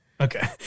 Okay